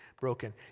broken